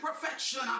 perfection